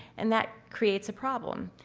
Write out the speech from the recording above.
and that creates a problem.